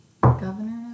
governor